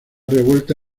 revuelta